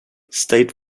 state